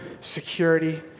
security